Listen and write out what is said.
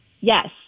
Yes